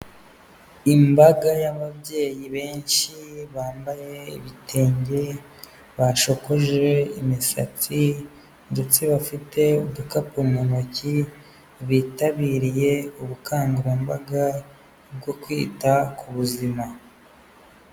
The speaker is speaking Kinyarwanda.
Imbaga y'ababyeyi benshi bambaye ibitenge, bashokoje imisatsi, ndetse bafite udukapu mu ntoki, bitabiriye ubukangurambaga bwo kwita ku buzima.